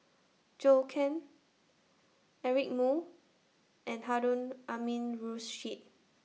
Zhou Can Eric Moo and Harun Aminurrashid